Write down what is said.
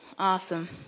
awesome